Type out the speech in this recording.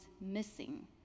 missing